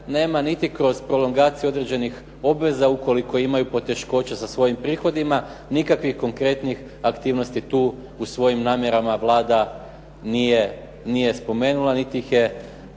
nema niti kroz prolongaciju određenih obveza ukoliko imaju poteškoća sa svojim prihodima, nikakvih konkretnih aktivnosti tu u svojim namjerama Vlada nije spomenula niti ih je